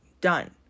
done